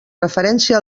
referència